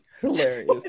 Hilarious